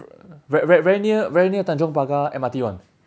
ve~ ve~ very near tanjong pagar M_R_T [one]